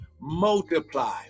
Multiply